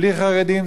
בלי חרדים,